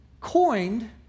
coined